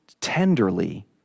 tenderly